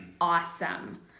awesome